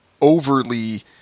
overly